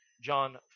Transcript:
John